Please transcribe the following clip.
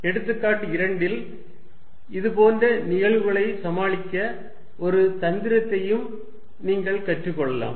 எடுத்துக்காட்டு 2 இல் இதுபோன்ற நிகழ்வுகளைச் சமாளிக்க ஒரு தந்திரத்தையும் நீங்கள் கற்றுக் கொள்ளலாம்